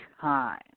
time